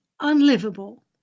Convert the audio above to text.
unlivable